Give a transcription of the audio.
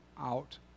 out